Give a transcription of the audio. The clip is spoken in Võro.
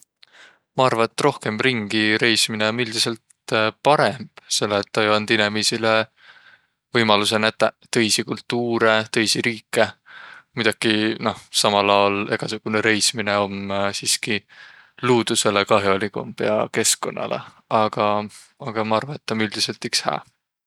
Maq arva, et rohkõmb ringi reismine om üldiselt parõmb, selle, et tuu jo and inemiisile võimalusõ nätäq tõisi kultuurõ, tõisi riike. Muidokiq noh, samal aol egäsugunõ reismine om siski luudusõlõ kah'oligumb ja keskkunnalõ. Aga aga maq arva, et tä om üldiselt iks hää.